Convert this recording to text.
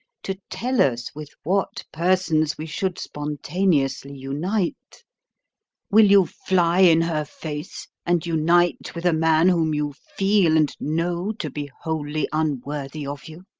to tell us with what persons we should spontaneously unite will you fly in her face and unite with a man whom you feel and know to be wholly unworthy of you?